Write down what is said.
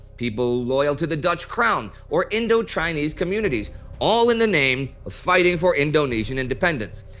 people loyal to the dutch crown, or indo-chinese communities all in the name of fighting for indonesian independence.